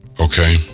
Okay